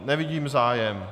Nevidím zájem.